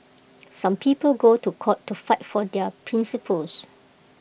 some people go to court to fight for their principles